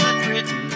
written